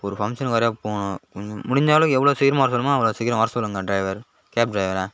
ஒரு பங்க்ஷனுக்கு வேறு போகணும் கொஞ்சம் முடிஞ்சளவு எவ்வளோ சீக்கிரமாக வர சொல்லணுமோ அவ்வளோ சீக்கிரம் வர சொல்லுங்கள் டிரைவர் கேப் டிரைவரை